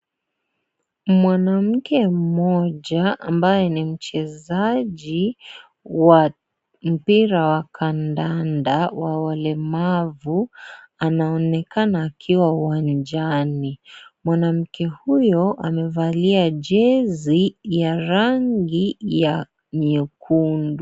Mwanamke mmoja ambaye ni mchezaji wa mpira wa kandanda wa walemavu anaonekana akiwa uwanjani. Mwanamke huyo amevalia jezi ya rangi ya nyekundu.